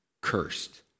cursed